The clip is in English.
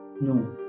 no